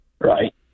right